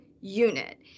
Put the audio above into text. unit